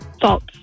False